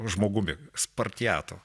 žmogumi spartijatu